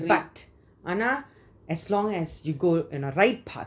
but ஆனா:ana as long as you go on a right path